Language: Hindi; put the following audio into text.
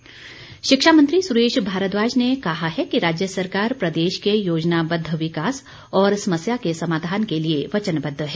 भारद्वाज शिक्षा मंत्री सुरेश भारद्वाज ने कहा है कि राज्य सरकार प्रदेश के योजनाबद्व विकास और समस्या के समाधान के प्रति वचनबद्व है